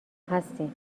هستیم